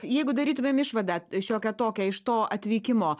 jeigu darytumėm išvadą šiokią tokią iš to atvykimo